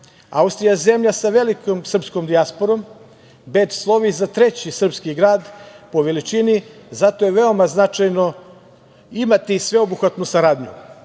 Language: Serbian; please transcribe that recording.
je zemlja sa velikom srpskom dijasporom. Beč slovi za treći srpski grad po veličini i zato je veoma značajno imati sveobuhvatnu saradnju.